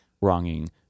wronging